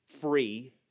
free